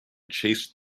chased